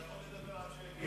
אתה יכול לדבר עד שהשר